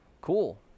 cool